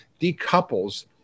decouples